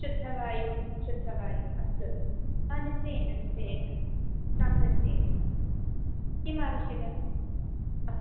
शुद्धवायुः शुद्धवायुः अस्तु अस्तु हा निश्चयेन निश्चयेन आं निश्चयेन किम् आवश्यकम् अस्